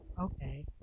Okay